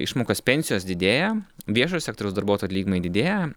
išmokos pensijos didėja viešojo sektoriaus darbuotojų lygumai didėja